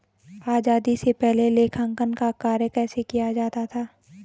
आजादी से पहले लेखांकन का कार्य कैसे किया जाता था?